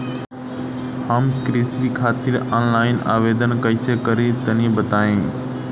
हम कृषि खातिर आनलाइन आवेदन कइसे करि तनि बताई?